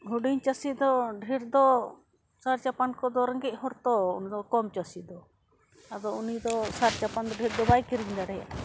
ᱦᱩᱰᱤᱝ ᱪᱟᱹᱥᱤ ᱫᱚ ᱰᱷᱮᱨ ᱫᱚ ᱥᱟᱨ ᱪᱟᱯᱟᱱ ᱠᱚᱫᱚ ᱨᱮᱸᱜᱮᱡ ᱦᱚᱲ ᱛᱚ ᱩᱱᱤ ᱫᱚ ᱠᱚᱢ ᱪᱟᱹᱥᱤ ᱫᱚ ᱟᱫᱚ ᱩᱱᱤ ᱫᱚ ᱥᱟᱨ ᱪᱟᱯᱟᱱ ᱫᱚ ᱰᱷᱮᱨ ᱫᱚ ᱵᱟᱭ ᱠᱤᱨᱤᱧ ᱫᱟᱲᱮᱭᱟᱜᱼᱟ